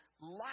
life